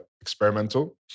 experimental